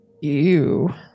Ew